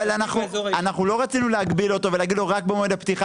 אבל אנחנו לא רצינו להגביל אותו ולהגיד לו רק במועד הפתיחה